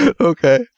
Okay